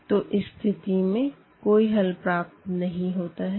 तो इस स्थिति में कोई हल प्राप्त नहीं होता है